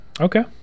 Okay